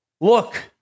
look